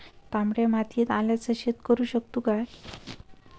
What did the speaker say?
तामड्या मातयेत आल्याचा शेत करु शकतू काय?